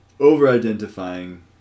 over-identifying